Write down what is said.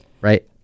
right